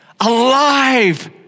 alive